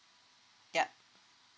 yup